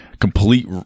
complete